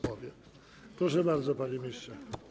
Proszę bardzo, panie ministrze.